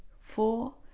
four